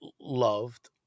loved